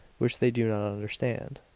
which they do not understand.